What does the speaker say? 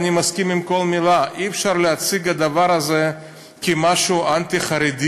ואני מסכים לכל מילה: אי-אפשר להציג את הדבר הזה כמשהו אנטי-חרדי,